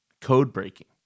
Code-breaking